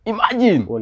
Imagine